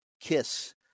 Kiss